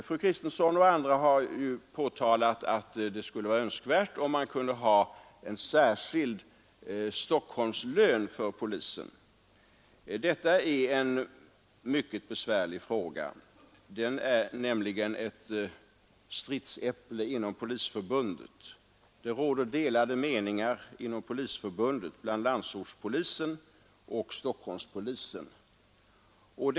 Fru Kristensson och några andra har påtalat att det skulle vara önskvärt med en särskild Stockholmslön för polisen. Detta är en mycket besvärlig fråga. Den är nämligen ett stridsäpple inom Polisförbundet. Det råder delade meningar på den punkten mellan landsortspolisen och Stockholmspolisen inom förbundet.